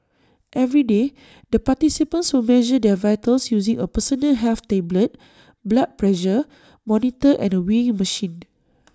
every day the participants will measure their vitals using A personal health tablet blood pressure monitor and A weighing machine